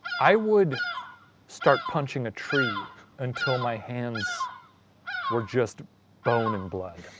i would start punching a tree until my hands were just bone and blood.